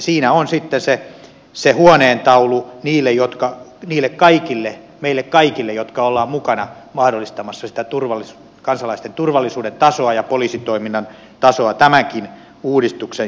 siinä on sitten se huoneentaulu meille kaikille jotka olemme mukana mahdollistamassa sitä kansalaisten turvallisuuden tasoa ja poliisitoiminnan tasoa tämänkin uudistuksen jälkeen